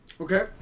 Okay